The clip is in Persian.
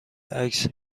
عکس